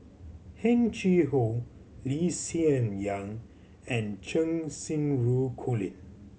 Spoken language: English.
Heng Chee How Lee Hsien Yang and Cheng Xinru Colin